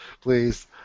Please